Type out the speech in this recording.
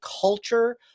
culture